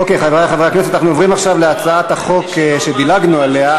אנחנו עוברים עכשיו להצעת החוק שדילגנו עליה,